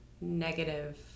negative